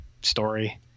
story